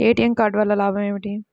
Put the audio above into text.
ATM card వల్ల లాభం ఏమిటి?